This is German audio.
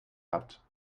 hat